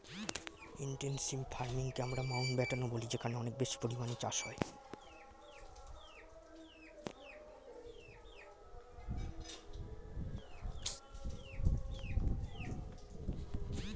intensive ফার্মিংকে আমরা মাউন্টব্যাটেনও বলি যেখানে অনেক বেশি পরিমাণে চাষ হয়